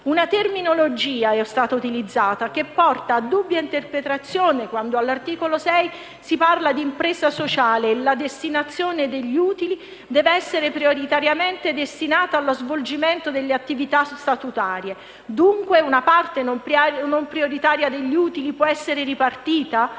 una terminologia che porta a dubbia interpretazione quando, all'articolo 6, si parla di impresa sociale e la destinazione degli utili deve essere prioritariamente destinata allo svolgimento delle attività statutarie. Dunque una parte non prioritaria degli utili può essere ripartita?